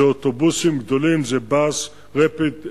זה אוטובוסים גדולים, Transportation Bus Repeat,